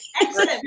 Excellent